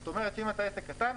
זאת אומרת שאם אתה עסק קטן,